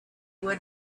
were